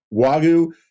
Wagyu